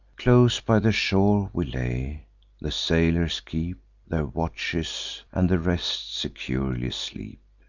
close by the shore we lay the sailors keep their watches, and the rest securely sleep.